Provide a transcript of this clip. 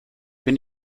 bin